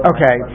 Okay